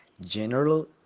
General